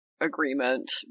agreement